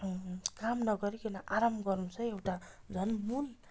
काम नगरिकन आराम गर्नु चाहिँ एउटा झन् मूल